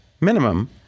Minimum